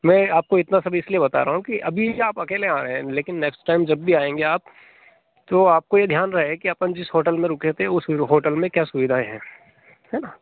मैं आपको इतना सब इसलिए बता रहा हूँ कि अभी क्या है आप अकेले आए हैं लेकिन नेक्स्ट टाइम जब भी आएँगे आप तो आपको यह ध्यान रहे कि अपन जिस होटल में रुके थे उस होटल में क्या सुविधाएँ हैं हह